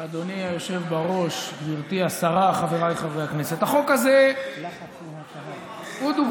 "אדם שאינו דובר השפה העברית זכאי לכך שיבוצעו ההתאמות הנדרשות".